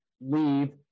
leave